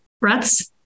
breaths